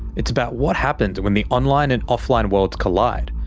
it's about what happens when the online and offline worlds collide,